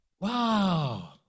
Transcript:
wow